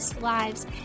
lives